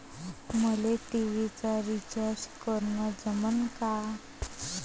मले टी.व्ही चा रिचार्ज करन जमन का?